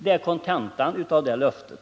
Det är kontentan av det löftet.